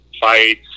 fights